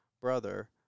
brother